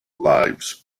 lives